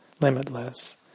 limitless